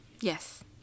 Yes